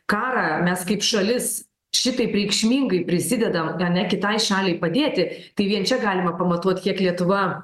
karą mes kaip šalis šitaip reikšmingai prisidedam ane kitai šaliai padėti tai vien čia galima pamatuot kiek lietuva